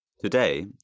Today